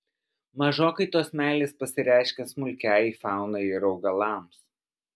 mažokai tos meilės pasireiškia smulkiajai faunai ir augalams